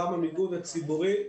גם המיגון הציבורי.